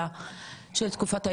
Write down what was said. התשובה היא פשוטה מאוד,